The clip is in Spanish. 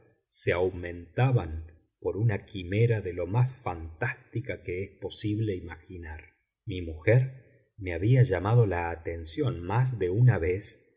se aumentaban por una quimera de lo más fantástica que es posible imaginar mi mujer me había llamado la atención más de una vez